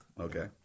Okay